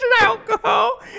alcohol